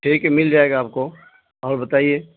ٹھیک ہے مل جائے گا آپ کو اور بتائیے